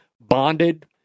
bonded